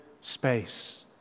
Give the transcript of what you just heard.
space